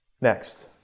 Next